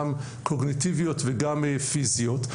גם קוגניטיביות וגם פיזיות,